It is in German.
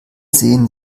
sehen